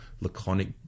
laconic